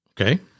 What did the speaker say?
Okay